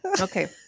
Okay